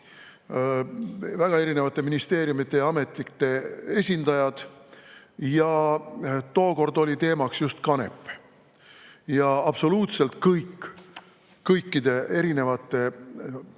väga erinevate ministeeriumide ja ametite esindajad, ja tookord oli teemaks just kanep. Absoluutselt kõik, kõikide erinevate asutuste